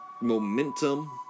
momentum